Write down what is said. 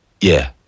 Yeah